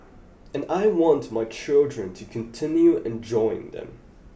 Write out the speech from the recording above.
and I want my children to continue enjoying them